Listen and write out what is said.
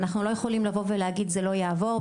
אנחנו לא יכולים לבוא ולהגיד זה לא יעבור.